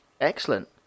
excellent